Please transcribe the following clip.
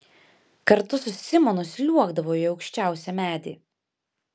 kartu su simonu sliuogdavo į aukščiausią medį